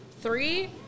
Three